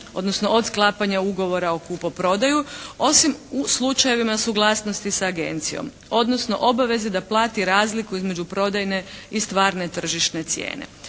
odnosno od sklapanja ugovora o kupoprodaji osim u slučajevima suglasnosti sa agencijom odnosno obaveze da plati razliku između prodajne i stvarne tržišne cijene.